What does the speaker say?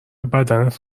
بدنت